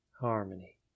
harmony